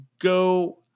go